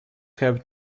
have